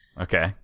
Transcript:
Okay